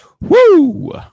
Woo